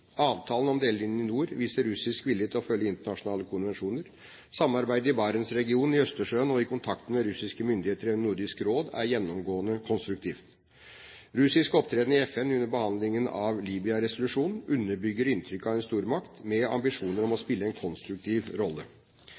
Avtalen om delelinjen i nord viser russisk vilje til å følge internasjonale konvensjoner. Samarbeidet i Barentsregionen, i Østersjøen og i kontakten med russiske myndigheter gjennom Nordisk Råd er gjennomgående konstruktivt. Russisk opptreden i FN under behandlingen av Libya-resolusjonen underbygger inntrykket av en stormakt med ambisjoner om å spille en konstruktiv rolle.